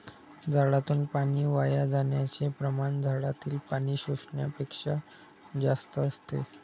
झाडातून पाणी वाया जाण्याचे प्रमाण झाडातील पाणी शोषण्यापेक्षा जास्त असते